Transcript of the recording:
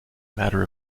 matter